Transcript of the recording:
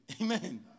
Amen